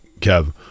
Kev